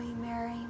Mary